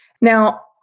Now